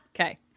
Okay